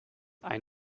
ein